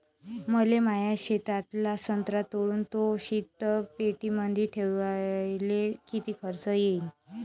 मले माया शेतातला संत्रा तोडून तो शीतपेटीमंदी ठेवायले किती खर्च येईन?